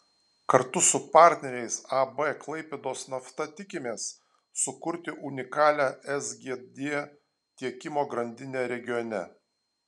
kartu su partneriais ab klaipėdos nafta tikimės sukurti unikalią sgd tiekimo grandinę regione